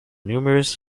numerous